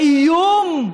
האיום,